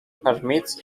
permits